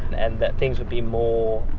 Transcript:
and that things would be more,